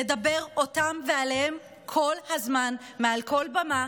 לדבר אותם ועליהם כל הזמן מעל כל במה,